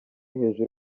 hejuru